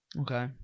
Okay